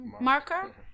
marker